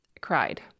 cried